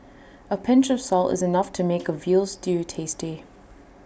A pinch of salt is enough to make A Veal Stew tasty